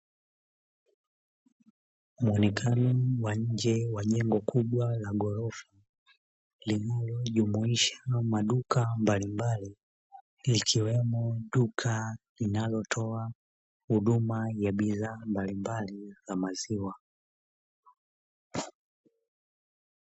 Mwonekano wa nje wa jengo kubwa la ghorofa, linalo jumuisha maduka mbalimbali , likiwemo duka linalotoa huduma ya bidhaa mbalimbali za maziwa.